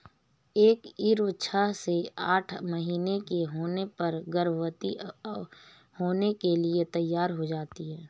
एक ईव छह से आठ महीने की होने पर गर्भवती होने के लिए तैयार हो जाती है